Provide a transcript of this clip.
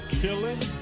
killing